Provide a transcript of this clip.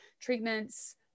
treatments